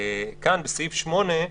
כאן, בסעיף 8,